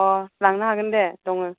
अ लांनो हागोन दे दङ